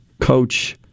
coach